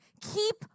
keep